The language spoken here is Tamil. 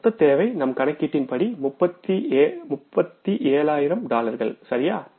மொத்த தேவை நம் கணக்கீட்டின் படி 37000 டாலர்கள்சரியா